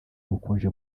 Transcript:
ubukonje